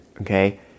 okay